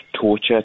torture